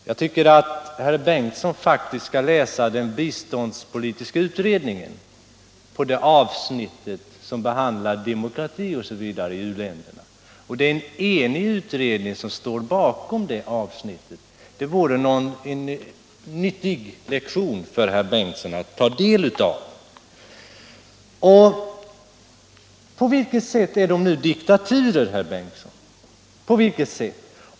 Jag tycker att herr Bengtson skall läsa det avsnitt i den biståndspolitiska utredningen som bl.a. behandlar frågan om demokrati i u-länderna. Det är en enig utredning som står bakom det avsnittet, och ett studium av det skulle vara en nyttig lektion för herr Bengtson. På vilket sätt är dessa länder diktaturer, herr Bengtson?